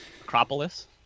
Acropolis